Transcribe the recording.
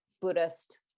Buddhist